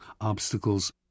obstacles